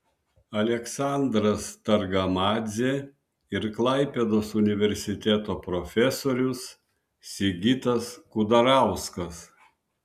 aleksandras targamadzė ir klaipėdos universiteto profesorius sigitas kudarauskas